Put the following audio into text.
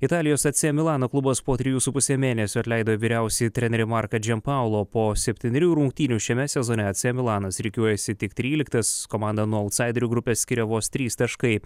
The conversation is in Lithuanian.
italijos acė milano klubas po trijų su puse mėnesio atleido vyriausiąjį trenerį marką dženpaulo po septynerių rungtynių šiame sezone acė milanas rikiuojasi tik tryliktas komandą nuo autsaiderių grupės skiria vos trys taškai